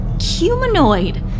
humanoid